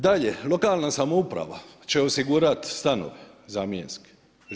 Dalje, lokalna samouprava će osigurat stanove zamjenske.